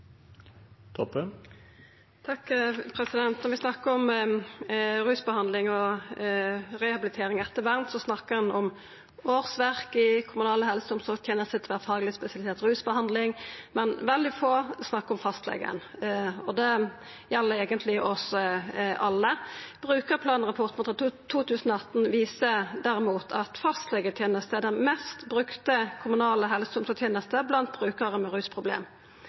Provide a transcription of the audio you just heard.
Når vi snakkar om rusbehandling, rehabilitering og ettervern, snakkar ein om årsverk i kommunal helse- og omsorgsteneste og tverrfagleg spesialisert rusbehandling, men veldig få snakkar om fastlegen. Det gjeld eigentleg oss alle. Brukarplanrapporten frå 2018 viser at fastlegetenesta er den mest brukte kommunale helse- og omsorgstenesta blant brukarar med rusproblem.